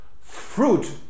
fruit